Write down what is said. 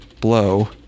blow